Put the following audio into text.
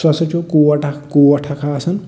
سُہ ہسا چھُ کوٹ اکھ کوٹ اکھ آسان